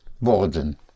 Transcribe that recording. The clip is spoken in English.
worden